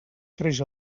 creix